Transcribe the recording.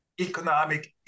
economic